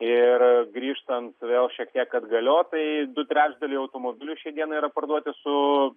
ir grįžtant vėl šiek tiek atgalios kai du trečdaliai automobilių šiandiena yra parduoti su